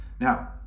now